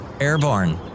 airborne